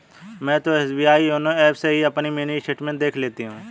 मैं तो SBI YONO app से ही अपनी मिनी स्टेटमेंट देख लेती हूँ